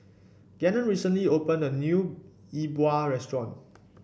Gannon recently opened a new Yi Bua Restaurant